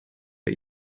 wir